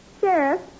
Sheriff